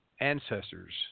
ancestors